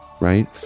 right